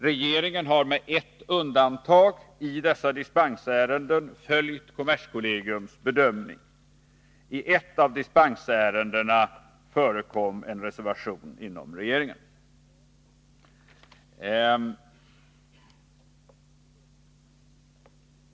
Regeringen har med ett undantag i dessa ärenden följt kommerskollegiums bedömning. I ett av dispensärendena förekom en reservation inom regeringen.